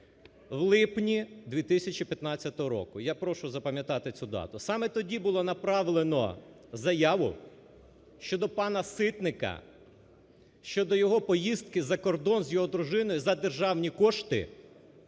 В липні 2015 року, я прошу запам'ятати цю дату, саме тоді було направлено заяву щодо пана Ситника, щодо його поїздки за кордон з його дружиною за державні кошти